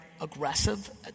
aggressive